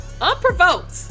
Unprovoked